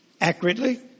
accurately